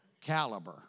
caliber